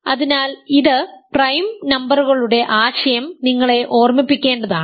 അതിനാൽ ഇത് പ്രൈം നമ്പറുകളുടെ ആശയം നിങ്ങളെ ഓർമ്മിപ്പിക്കേണ്ടതാണ്